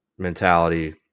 mentality